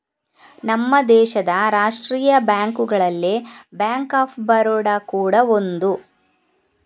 ನಮ್ಮ ದೇಶದ ರಾಷ್ಟೀಯ ಬ್ಯಾಂಕುಗಳಲ್ಲಿ ಬ್ಯಾಂಕ್ ಆಫ್ ಬರೋಡ ಕೂಡಾ ಒಂದು